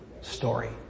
story